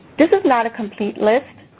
this is not a complete list.